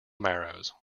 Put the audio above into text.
marrows